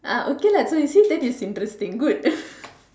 ah okay lah so that is interesting good